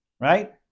right